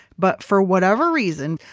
but for whatever reason,